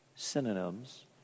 synonyms